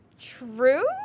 True